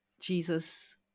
Jesus